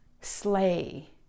slay